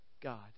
God